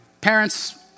parents